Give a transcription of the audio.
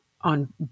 on